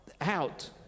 out